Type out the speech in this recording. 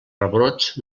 rebrots